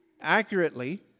accurately